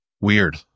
Weird